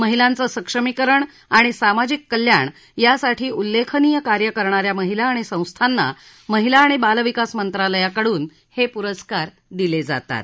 महिलांचं सक्षमीकरण आणि सामाजिक कल्याण यासाठी उल्लेखनीय कार्य करणाऱ्या महिला आणि संस्थांना महिला आणि बालविकास मंत्रालयाकडून हे पुरस्कार दिले जातात